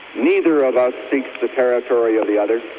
neither of us seeks the territory of the other,